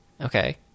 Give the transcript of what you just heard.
okay